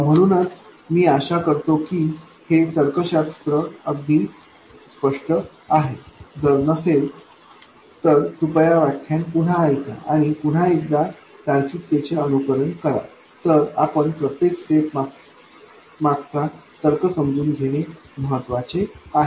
म्हणून मी आशा करतो की हे तर्कशास्त्र अगदी स्पष्ट आहे जर नसेल तर कृपया व्याख्यान पुन्हा ऐका आणि पुन्हा एकदा तार्किकतेचे अनुसरण करा तर आपण प्रत्येक स्टेप मागचा तर्क समजून घेणे महत्वाचे आहे